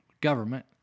government